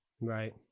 Right